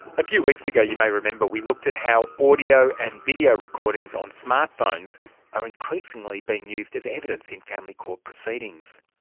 a few weeks ago you may remember we looked at how audio and video recordings on smart phones are increasingly being used as evidence in family court proceedings.